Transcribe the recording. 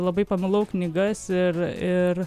labai pamilau knygas ir ir